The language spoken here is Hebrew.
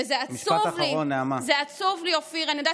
וזה עצוב לי.